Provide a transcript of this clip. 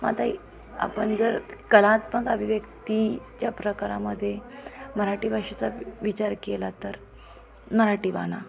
मग आताही आपण जर कलात्मक अभिव्यक्ती च्या प्रकारामध्ये मराठी भाषेचा विचार केला तर मराठी बाणा